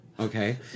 Okay